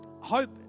Hope